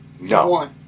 No